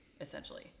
essentially